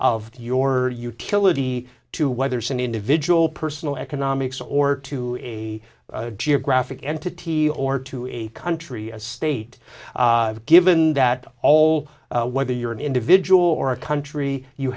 of your utility to whether some individual personal economics or to a geographic entity or to a country a state of given that all whether you're an individual or a country you